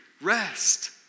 rest